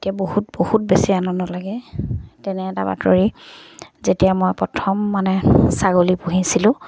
এতিয়া বহুত বহুত বেছি আনন্দ লাগে তেনে এটা বাতৰি যেতিয়া মই প্ৰথম মানে ছাগলী পুহিছিলোঁ